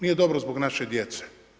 Nije dobro zbog naše djece.